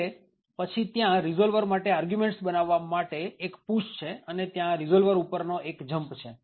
એટલે પછી ત્યાં રીઝોલ્વર માટે આર્ગ્યુંમેન્ટસ બનાવવા માટે એક push છે અને ત્યાં રીઝોલ્વર ઉપરનો એક jump છે